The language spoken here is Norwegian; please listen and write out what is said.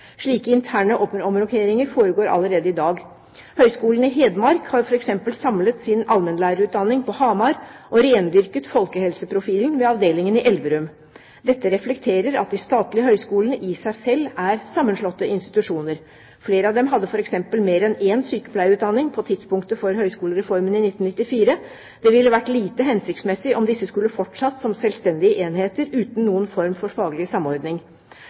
Slike interne omrokeringer foregår allerede i dag. Høgskolen i Hedmark har f.eks. samlet sin allmennlærerutdanning på Hamar og rendyrket folkehelseprofilen ved avdelingen i Elverum. Dette reflekterer at de statlige høyskolene i seg selv er sammenslåtte institusjoner. Flere av dem hadde f.eks. mer enn én sykepleierutdanning på tidspunktet for høyskolereformen i 1994. Det ville vært lite hensiktsmessig om disse skulle fortsatt som selvstendige enheter uten noen form for faglig samordning.